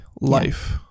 life